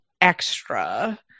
extra